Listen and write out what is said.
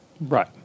Right